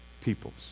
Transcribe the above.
peoples